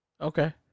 Okay